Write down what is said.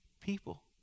people